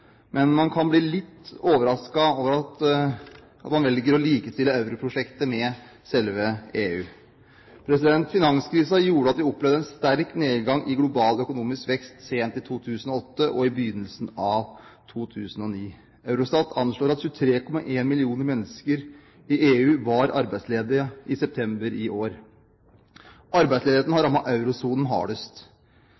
men man kan bli litt overrasket over at man velger å likestille europrosjektet med selve EU. Finanskrisen gjorde at vi opplevde en sterk nedgang i global økonomisk vekst sent i 2008 og i begynnelsen av 2009. Eurostat anslår at 23,1 millioner mennesker i EU var arbeidsledige i september i år. Arbeidsledigheten har